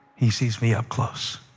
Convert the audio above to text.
he sees me up close,